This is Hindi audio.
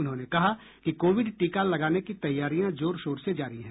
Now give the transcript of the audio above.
उन्होंने कहा कि कोविड टीका लगाने की तैयारियां जोर शोर से जारी है